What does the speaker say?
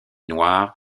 noirs